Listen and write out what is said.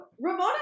Ramona